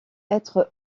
être